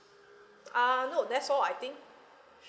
uh no that's all I think